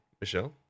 Michelle